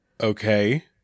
Okay